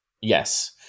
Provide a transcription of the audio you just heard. Yes